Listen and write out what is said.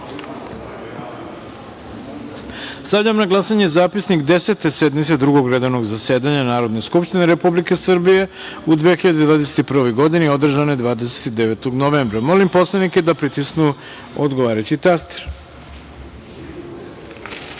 godini. Stavljam na glasanje zapisnik Desete sednice Drugog redovnog zasedanja Narodne skupštine Republike Srbije u 2021. godini, održane 29. novembra. Molim poslanike da pritisnu odgovarajući